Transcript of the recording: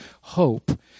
hope